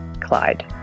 Clyde